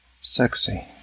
sexy